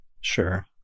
Sure